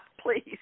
Please